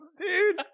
dude